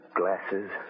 glasses